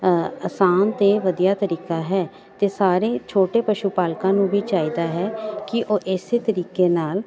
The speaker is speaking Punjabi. ਆਸਾਨ ਅਤੇ ਵਧੀਆ ਤਰੀਕਾ ਹੈ ਅਤੇ ਸਾਰੇ ਛੋਟੇ ਪਸ਼ੂ ਪਾਲਕਾਂ ਨੂੰ ਵੀ ਚਾਹੀਦਾ ਹੈ ਕਿ ਉਹ ਇਸੇ ਤਰੀਕੇ ਨਾਲ